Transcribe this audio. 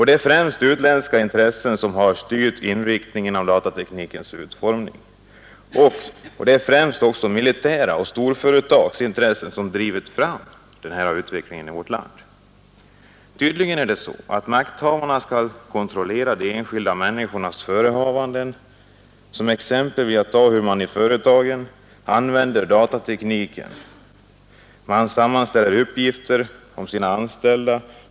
Det är främst utländska intressen som har styrt inriktningen av datateknikens utformning. Det är främst också militära och storföretags intressen som drivit fram utvecklingen i vårt land. Tydligen skall makthavarna kontrollera de enskilda människornas förehavanden. Som exempel vill jag ta hur man i företagen använder datatekniken. Man sammanställer uppgifter om sina anställda.